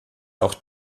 auch